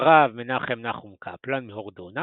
הרב מנחם נחום קפלן מהורודנה